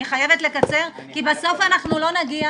אני חייבת לקצר כי בסוף אנחנו לא נגיע